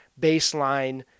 baseline